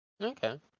Okay